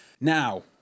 Now